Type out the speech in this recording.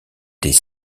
des